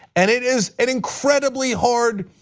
and it is an incredibly hard